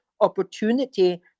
opportunity